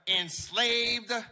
enslaved